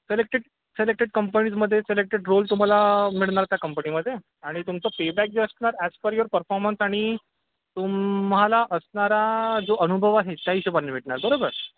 selected selected कंपनीजमध्ये selected role तुम्हाला मिळणार त्या कंपनीमध्ये आणि तुमचं जे पेबॅक असणार ॲज पर युअर परफॉर्मन्स आणि तुम्हाला असणारा जो अनुभव आहे त्या हिशोबाने भेटणार बरोबर